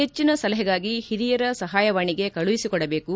ಹೆಚ್ಚನ ಸಲಹೆಗಾಗಿ ಹಿರಿಯರ ಸಹಾಯವಾಣಿಗೆ ಕಳುಹಿಸಿಕೊಡಬೇಕು